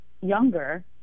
younger